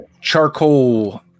charcoal